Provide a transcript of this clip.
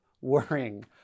worrying